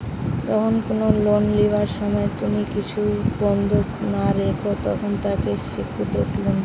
যখন কুনো লোন লিবার সময় তুমি কিছু বন্ধক না রাখো, তখন তাকে সেক্যুরড লোন বলে